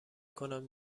کنم